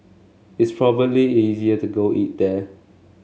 it's probably easier to go eat there